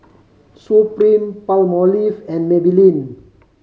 Supreme Palmolive and Maybelline